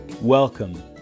Welcome